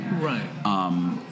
Right